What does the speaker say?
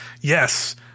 yes